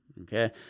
okay